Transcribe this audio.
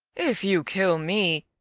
if you kill me,